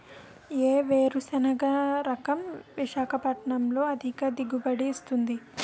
ఏ వేరుసెనగ రకం విశాఖపట్నం లో అధిక దిగుబడి ఇస్తుంది?